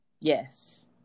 yes